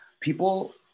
People